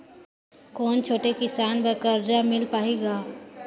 कौन छोटे किसान बर कर्जा मिल पाही ग?